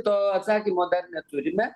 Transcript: to atsakymo dar neturime